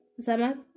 Zama